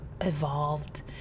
evolved